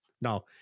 Now